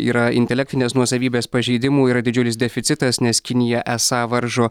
yra intelektinės nuosavybės pažeidimų yra didžiulis deficitas nes kinija esą varžo